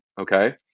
okay